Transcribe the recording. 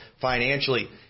financially